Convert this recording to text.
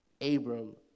Abram